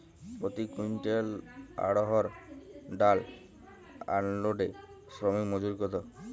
প্রতি কুইন্টল অড়হর ডাল আনলোডে শ্রমিক মজুরি কত?